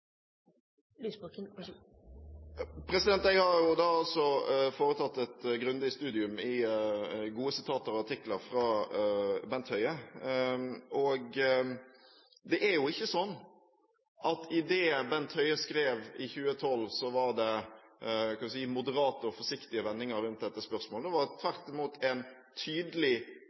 Jeg har jo foretatt et grundig studium i gode sitater og artikler fra Bent Høie. Og det er ikke sånn at i det Bent Høie skrev i 2012, var det moderate og forsiktige vendinger om dette spørsmålet. Det var tvert imot en tydelig